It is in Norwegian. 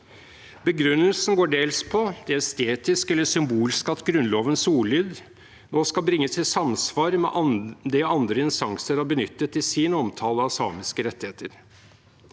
Begrunnelsen går dels på det estetiske eller symbolske, at Grunnlovens ordlyd nå skal bringes i samsvar med det andre instanser har benyttet i sin omtale av samiske rettigheter.